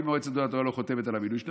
אם מועצת גדולי התורה לא חותמת על המינוי שלי,